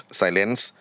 silence